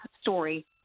story